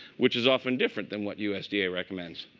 which is often different than what usda recommends.